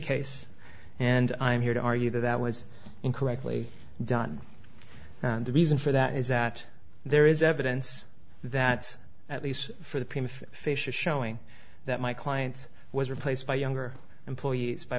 case and i'm here to argue that that was incorrectly done the reason for that is that there is evidence that at least for the prima facia showing that my client was replaced by younger employees by